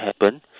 happen